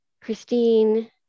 Christine